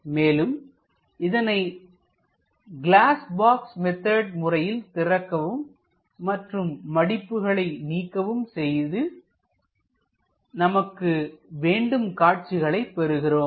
மேலும் இதனை glass box method முறையில் திறக்கவும் மற்றும் மடிப்புகளை நீக்கவும்செய்து நமக்கு வேண்டும் காட்சிகளை பெறுகிறோம்